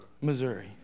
Missouri